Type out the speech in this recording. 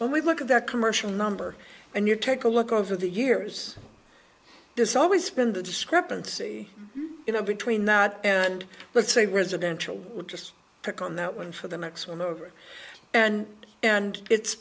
when we look at the commercial number and you take a look over the years there's always been the discrepancy you know between that and let's say residential would just pick on that one for the next one over and and it's